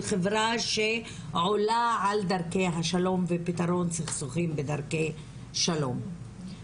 של חברה שעולה על דרכי השלום ופתרון סכסוכים בדרכי שלום.